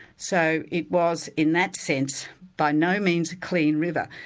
so it was in that sense by no means a clean river.